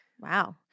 Wow